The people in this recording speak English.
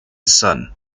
son